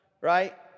Right